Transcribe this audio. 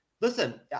Listen